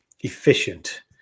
efficient